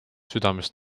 südamest